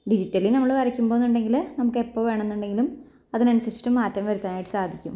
digitally നമ്മൾ വരയ്ക്കുമ്പോൾ എന്നുണ്ടെങ്കിൽ നമുക്ക് എപ്പം വേണമെന്നുണ്ടെങ്കിലും അതിനനുസരിച്ചിട്ട് മാറ്റം വരുത്താനായിട്ട് സാധിക്കും